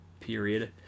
Period